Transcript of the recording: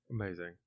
amazing